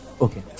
Okay